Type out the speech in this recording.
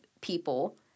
people